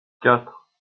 quatre